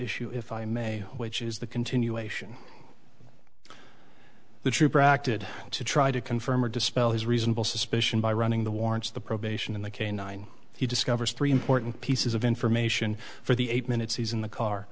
issue if i may which is the continuation the trooper acted to try to confirm or dispel his reasonable suspicion by running the warrants the probation and the canine he discovers three important pieces of information for the eight minutes he's in the car